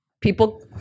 people